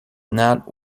not